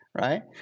Right